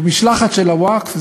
ומשלחת של הווקף,